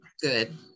good